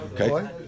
okay